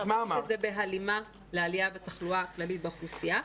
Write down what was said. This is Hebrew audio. אמרתי שזה בהלימה לעלייה בתחלואה הכללית באוכלוסייה.